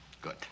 good